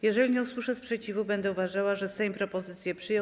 Jeżeli nie usłyszę sprzeciwu, będę uważała, że Sejm propozycję przyjął.